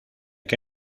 que